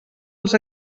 els